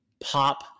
pop